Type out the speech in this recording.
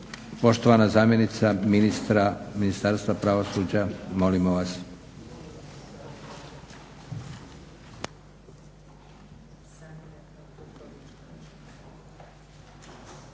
poštovana zamjenica ministara Ministarstva pravosuđa, molimo vas.